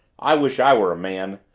i wish i were a man.